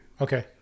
Okay